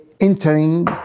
entering